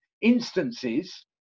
instances